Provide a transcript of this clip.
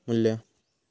मू्ल्य